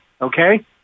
Okay